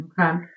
Okay